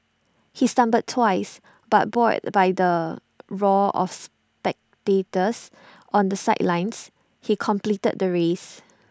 he stumbled twice but buoyed by the roar of spectators on the sidelines he completed the race